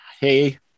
hey